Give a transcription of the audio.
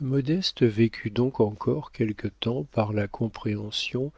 modeste vécut donc encore quelque temps par la compréhension